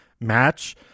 match